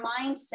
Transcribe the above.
mindset